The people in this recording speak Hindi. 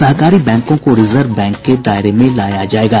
सहकारी बैंकों को रिजर्व बैंक के दायरे में लाया जायेगा